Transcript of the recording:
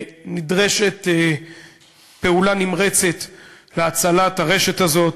נדרשת פעולה נמרצת להצלת הרשת הזאת,